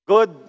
Good